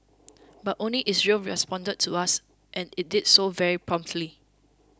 but only Israel responded to us and it did so very promptly